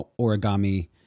origami